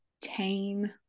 tame